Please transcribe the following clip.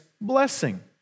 blessing